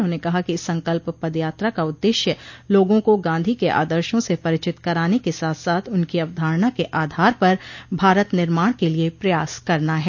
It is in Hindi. उन्होंने कहा कि इस संकल्प पद यात्रा का उद्देश्य लोगों को गांधी के आदर्शो से परिचित कराने के साथ साथ उनकी अवधारणा के आधार पर भारत निर्माण के लिये प्रयास करना है